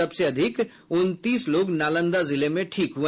सबसे अधिक उनतीस लोग नालंदा जिले में ठीक हुए